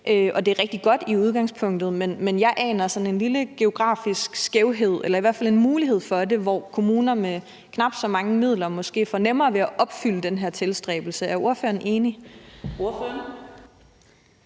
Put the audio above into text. det er rigtig godt i udgangspunktet, men jeg aner sådan en lille geografisk skævhed – eller i hvert fald en mulighed for det – hvor kommuner med knap så mange midler måske får sværere ved at opfylde den her tilstræbelse. Er ordføreren enig?